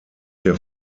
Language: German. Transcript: der